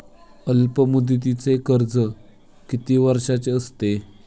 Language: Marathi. अल्पमुदतीचे कर्ज किती वर्षांचे असते?